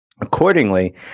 Accordingly